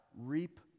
reap